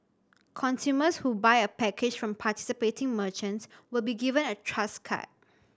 consumers who buy a package from participating merchants will be given a Trust card